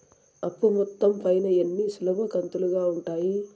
అప్పు మొత్తం పైన ఎన్ని సులభ కంతులుగా ఉంటాయి?